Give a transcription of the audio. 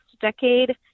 decade